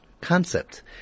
concept